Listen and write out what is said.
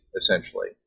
essentially